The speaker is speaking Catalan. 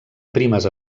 primes